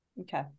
okay